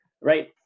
right